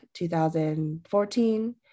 2014